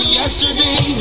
yesterday